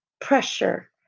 pressure